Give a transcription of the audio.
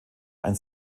ein